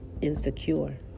insecure